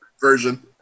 version